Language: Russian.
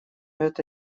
это